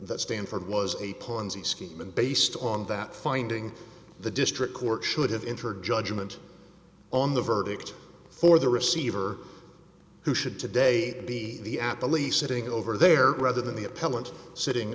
that stanford was a ponzi scheme and based on that finding the district court should have entered judgment on the verdict for the receiver who should today be the apple lease sitting over there rather than the appellant sitting